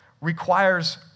requires